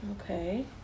Okay